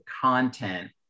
content